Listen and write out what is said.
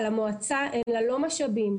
אבל למועצה אין לא משאבים,